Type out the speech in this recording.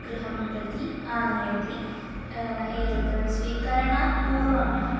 गृहं प्रति आनयति एतद् स्वीकरणात् पूर्वं